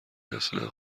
اصلا